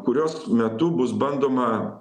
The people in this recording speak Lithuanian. kurios metu bus bandoma